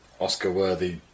Oscar-worthy